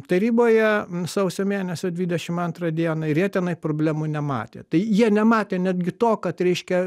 taryboje sausio mėnesio dvidešimt antrą dieną ir jie tenai problemų nematė tai jie nematė netgi to kad reiškia